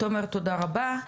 תומר תודה רבה.